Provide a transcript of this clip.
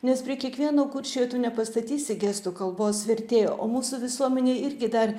nes prie kiekvieno kurčiojo tu nepastatysi gestų kalbos vertėjo o mūsų visuomenėj irgi dar